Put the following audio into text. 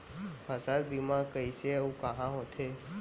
फसल बीमा कइसे अऊ कहाँ होथे?